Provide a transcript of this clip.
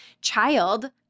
child